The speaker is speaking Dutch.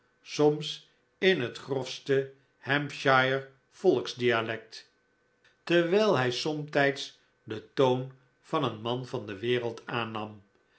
soms in het grofste hampshire volksdialect terwijl hij somtijds den toon van een man van de wereld aannam